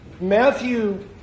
Matthew